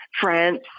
France